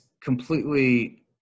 completely